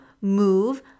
move